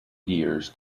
gears